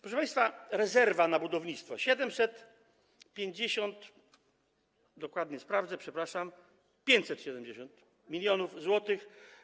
Proszę państwa, rezerwa na budownictwo - 750, dokładnie sprawdzę, przepraszam, 570 mln zł.